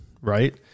right